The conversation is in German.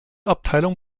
abteilung